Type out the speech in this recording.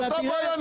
אז זאת אותה בעיה.